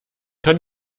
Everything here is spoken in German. kann